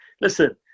listen